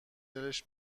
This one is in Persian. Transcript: دلش